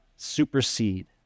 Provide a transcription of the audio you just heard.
supersede